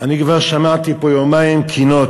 אני כבר שמעתי פה יומיים קינות.